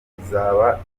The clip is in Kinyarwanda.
bizaba